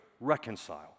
reconcile